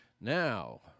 Now